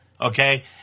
Okay